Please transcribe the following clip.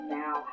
now